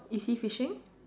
is he fishing